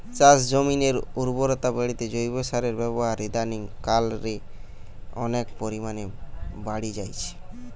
চাষজমিনের উর্বরতা বাড়িতে জৈব সারের ব্যাবহার ইদানিং কাল রে অনেক পরিমাণে বাড়ি জাইচে